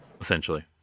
Essentially